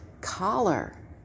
collar